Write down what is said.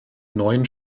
neuen